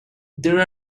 there